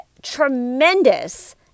tremendous